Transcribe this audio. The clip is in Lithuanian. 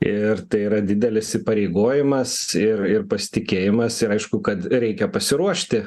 ir tai yra didelis įpareigojimas ir ir pasitikėjimas ir aišku kad reikia pasiruošti